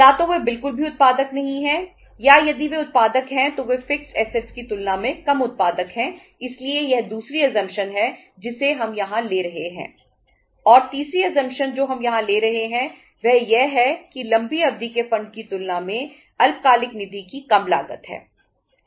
या तो वे बिल्कुल भी उत्पादक नहीं हैं या यदि वे उत्पादक हैं तो वे फिक्स्ड ऐसेटस जो हम यहां ले रहे हैं वह यह है कि लंबी अवधि के फंड की तुलना में अल्पकालिक निधि की कम लागत है